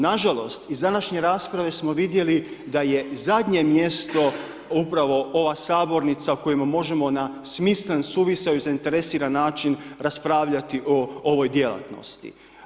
Nažalost iz današnje rasprave smo vidjeli da je zadnje mjesto upravo ova sabornica u kojoj možemo na smislen, suvisao i zainteresiran način raspravljati o ovoj djelatnosti.